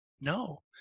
No